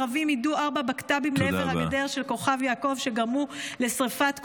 ערבים יידו ארבעה בקת"בים לעבר הגדר של כוכב יעקב וגרמו לשרפת קוצים.